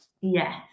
Yes